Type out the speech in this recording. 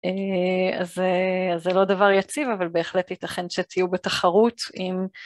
אה... אז זה לא... אז זה לא דבר יציב, אבל בהחלט ייתכן שתהיו בתחרות עם...